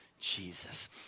Jesus